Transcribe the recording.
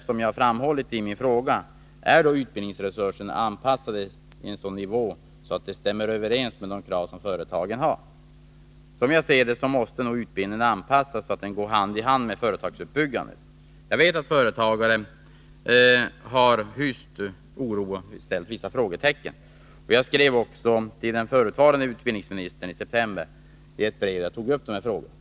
Som jag har framhållit i min fråga kan man t.ex. undra om utbildningsresurserna ligger på en sådan nivå att de stämmer överens med de krav som företagen har. Som jag ser det, måste utbildningen anpassas så att den går hand i hand med företagsuppbyggandet. Jag vet att företagare har hyst oro och uppställt vissa frågetecken. Jag skrev också i september ett brev till den förutvarande utbildningsministern där jag tog upp dessa frågor.